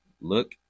look